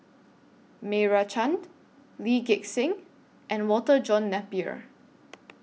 Meira Chand Lee Gek Seng and Walter John Napier